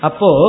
Apo